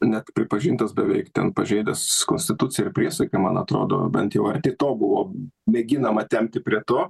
net pripažintas beveik ten pažeidęs konstituciją ir priesaiką man atrodo bent jau arti to buvo mėginama tempti prie to